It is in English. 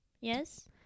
Yes